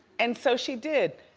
and so she did,